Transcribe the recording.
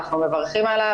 אנחנו מברכים עליו,